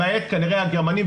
למעט כנראה הגרמנים,